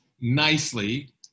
nicely